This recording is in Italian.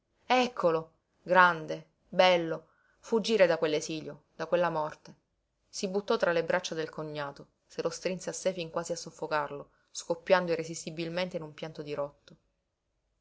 eccolo grande bello fuggire da quell'esilio da quella morte si buttò tra le braccia del cognato se lo strinse a sé fin quasi a soffocarlo scoppiando irresistibilmente in un pianto dirotto